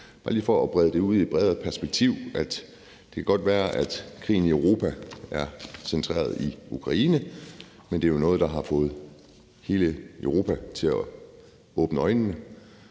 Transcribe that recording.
bare lige for at brede det ud i et bredere perspektiv. Det kan godt være, at krigen i Europa er centreret i Ukraine, men det er jo noget, der har fået hele Europa til at åbne øjnene